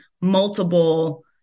multiple